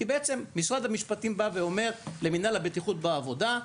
בעצם משרד המשפטים אומר למינהל הבטיחות בעבודה: